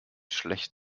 schlecht